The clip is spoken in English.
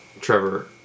Trevor